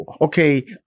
Okay